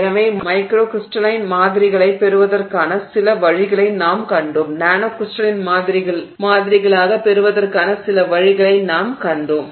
எனவே மைக்ரோகிரிஸ்டலைனை மாதிரிகளாகப் பெறுவதற்கான சில வழிகளை நாம் கண்டோம் நானோகிரிஸ்டலைனை மாதிரிகளாகப் பெறுவதற்கான சில வழிகளை நாம் கண்டோம்